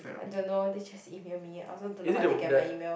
I don't know they just email me I also don't know how they get my email